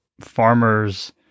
farmers